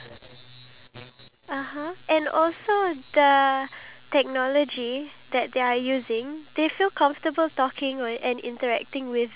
whatever you say I'm not comfortable with it or whatever you say I feel hurt about it but if you interact with a laptop or a